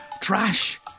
trash